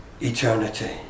eternity